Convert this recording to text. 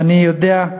ואני יודע,